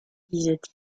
disait